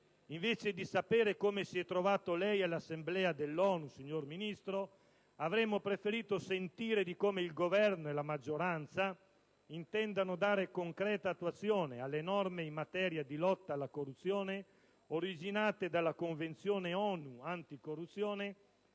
signor Ministro si è trovato all'Assemblea dell'ONU, avremmo preferito sentire come il Governo e la maggioranza intendano dare concreta attuazione alle norme in materia di lotta alla corruzione originate dalla Convenzione ONU anticorruzione,